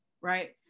Right